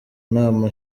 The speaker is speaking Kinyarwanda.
nama